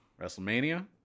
WrestleMania